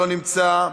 לא נמצא,